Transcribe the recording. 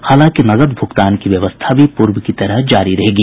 हालांकि नकद भुगतान की व्यवस्था भी पूर्व की तरह जारी रहेगी